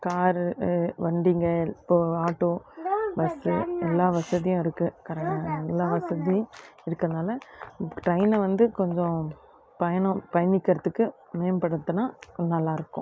car வண்டிங்கள் இப்போது auto bus எல்லா வசதியும் இருக்குது எல்லா வசதியும் இருக்குறனால் ட்ரெயினை வந்து கொஞ்சம் பயணம் பயணிக்கிறத்துக்கு மேம்படுத்துனால் கொஞ்சம் நல்லாயிருக்கும்